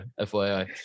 FYI